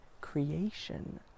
creation